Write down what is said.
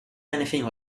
anything